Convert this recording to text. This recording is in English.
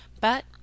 But—